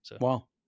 Wow